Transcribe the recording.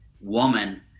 woman